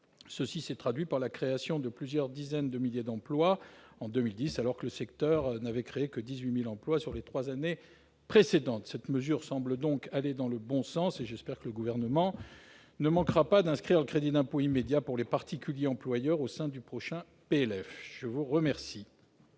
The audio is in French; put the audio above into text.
Cela s'est traduit par la création de plusieurs dizaines de milliers d'emplois en 2010, alors que le secteur n'avait créé que 18 000 emplois sur les trois années précédentes. Une telle mesure semble donc aller dans le bon sens. J'espère que le Gouvernement inscrira le crédit d'impôt immédiat pour les particuliers-employeurs dans le prochain projet de loi